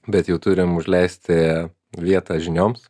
bet jau turim užleisti vietą žinioms